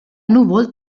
núvol